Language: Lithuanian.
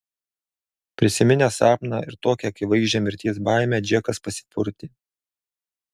prisiminęs sapną ir tokią akivaizdžią mirties baimę džekas pasipurtė